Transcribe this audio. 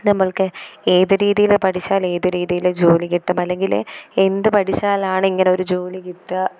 നമ്മൾക്ക് ഏതു രീതിയിൽ പഠിച്ചാൽ ഏതു രീതിയിൽ ജോലി കിട്ടും അല്ലെങ്കിൽ എന്തു പഠിച്ചാലാണിങ്ങനെയൊരു ജോലി കിട്ടുക